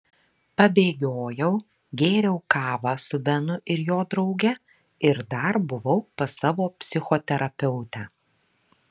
pabėgiojau gėriau kavą su benu ir jo drauge ir dar buvau pas savo psichoterapeutę